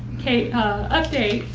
kate update.